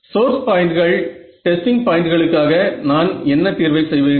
source பாயிண்ட்கள் testing பாயிண்ட்களுக்காக நான் என்ன தீர்வை செய்வேன்